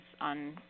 on